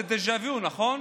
זה דז'ה וו, נכון?